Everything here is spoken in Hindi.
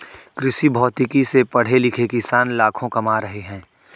कृषिभौतिकी से पढ़े लिखे किसान लाखों कमा रहे हैं